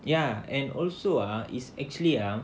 ya and also ah is actually um